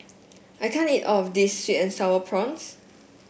I can't eat all of this sweet and sour prawns